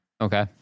Okay